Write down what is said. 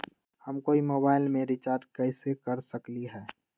हम कोई मोबाईल में रिचार्ज कईसे कर सकली ह?